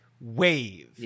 wave